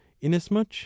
inasmuch